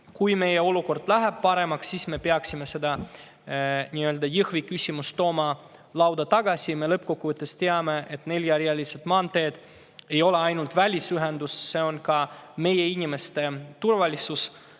et kui olukord läheb paremaks, siis me peaksime selle Jõhvi küsimuse tagasi lauale tooma. Me lõppkokkuvõttes teame, et neljarealised maanteed ei ole ainult välisühendus, need on ka meie inimeste turvalisuse